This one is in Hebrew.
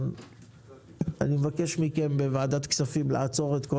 שקל אני מבקש מכם בוועדת כספים לעצור את כל